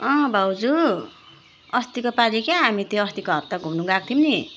अँ भाउजू अस्तिको पालि क्या हामी त्यो अस्तिको हप्ता घुम्नु गएको थियौँ नि